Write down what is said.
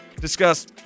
discuss